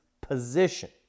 position